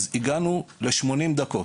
מה שמתנקז לחדר האונקולוג הולך לשני כיוונים: